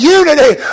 unity